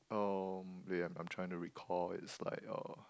um wait ah I'm I'm trying to recall it's like uh